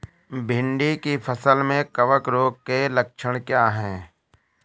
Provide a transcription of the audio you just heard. भिंडी की फसल में कवक रोग के लक्षण क्या है?